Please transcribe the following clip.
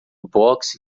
boxe